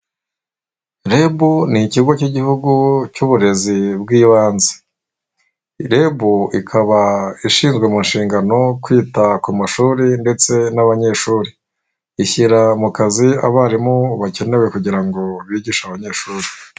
REB ni ikigo k'igihugu cy'uburezi bw'ibanze. REB ikaba ishinzwe mu nshingano kwita ku mashuri ndetse n'abanyeshuri, ishyira mu kazi abarimu bakenewe kugira ngo bigishe abanyeshuri.